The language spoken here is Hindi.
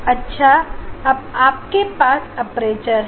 अच्छा अब आपके पास अपर्चर है